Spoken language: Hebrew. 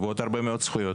ועוד הרבה מאוד זכויות.